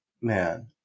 man